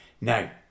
now